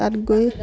তাত গৈ